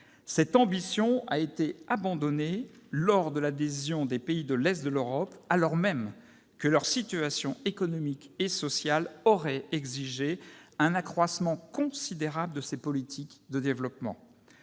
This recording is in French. Cette ambition a été abandonnée lors de l'adhésion des pays de l'est de l'Europe, alors même que leur situation économique et sociale aurait exigé un accroissement considérable de ces politiques de développement.